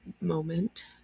moment